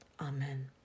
Amen